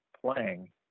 playing